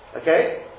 Okay